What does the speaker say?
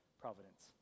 providence